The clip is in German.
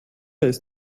ist